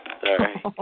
Sorry